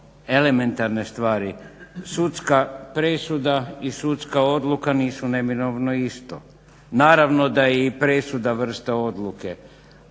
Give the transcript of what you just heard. elementarne stvari. Sudska presuda i sudska odluka nisu neminovno isto. Naravno da je i presuda vrsta odluke.